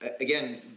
Again